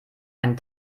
einen